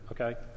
okay